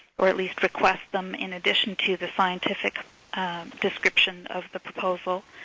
or at least request them in addition to the scientific description of the proposal.